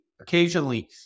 occasionally